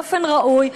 באופן ראוי,